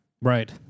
Right